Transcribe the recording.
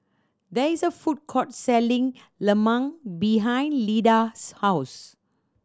there is a food court selling lemang behind Leda's house